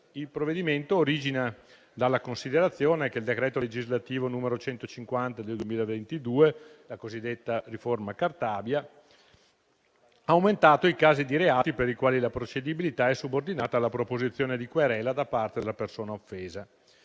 Il provvedimento origina dalla considerazione che il decreto legislativo n. 150 del 2022, la cosiddetta riforma Cartabia, ha aumentato i casi di reati per i quali la procedibilità è subordinata alla proposizione di querela da parte della persona offesa.